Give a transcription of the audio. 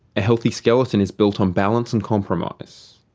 a healthy skeleton is built on balance and compromise.